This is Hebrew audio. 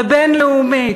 ובין-לאומית,